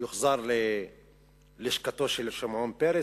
יוחזר ללשכתו של שמעון פרס.